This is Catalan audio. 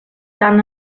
tant